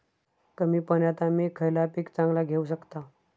कमी पाण्यात आम्ही खयला पीक चांगला घेव शकताव?